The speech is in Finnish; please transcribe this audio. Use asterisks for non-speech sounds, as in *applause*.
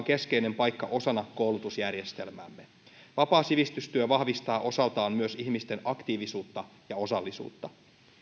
*unintelligible* keskeinen paikka osana koulutusjärjestelmäämme vapaa sivistystyö vahvistaa osaltaan myös ihmisten aktiivisuutta ja osallisuutta